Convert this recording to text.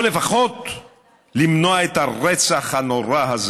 או לפחות למנוע את הרצח הנורא הזה.